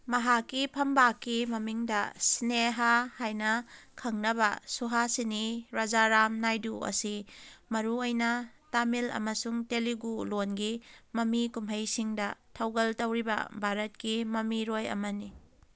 ꯃꯍꯥꯛꯀꯤ ꯐꯝꯕꯥꯛꯀꯤ ꯃꯃꯤꯡꯗ ꯁꯤꯅꯦꯍꯥ ꯍꯥꯏꯅ ꯈꯪꯅꯕ ꯁꯨꯍꯥꯁꯤꯅꯤ ꯔꯖꯥꯔꯥꯝ ꯅꯥꯏꯗꯨ ꯑꯁꯤ ꯃꯔꯨꯑꯣꯏꯅ ꯇꯥꯃꯤꯜ ꯑꯃꯁꯨꯡ ꯇꯦꯂꯨꯒꯨ ꯂꯣꯟꯒꯤ ꯃꯃꯤ ꯀꯨꯝꯍꯩꯁꯤꯡꯗ ꯊꯧꯒꯜ ꯇꯧꯔꯤꯕ ꯚꯥꯔꯠꯀꯤ ꯃꯃꯤꯔꯣꯏ ꯑꯃꯅꯤ